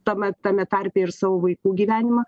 tame tame tarpe ir savo vaikų gyvenimą